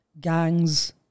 gangs